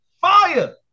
fire